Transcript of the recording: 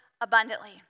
abundantly